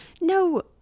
No